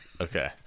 Okay